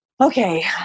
okay